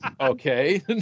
Okay